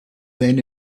then